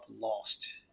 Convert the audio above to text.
lost